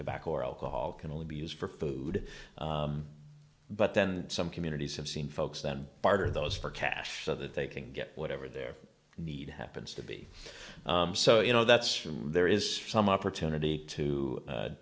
back or alcohol can only be used for food but then some communities have seen folks that barter those for cash so that they can get whatever their need happens to be so you know that's there is some opportunity to